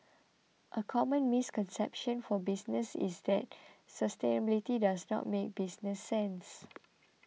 a common misconception for business is that sustainability does not make business sense